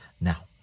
Now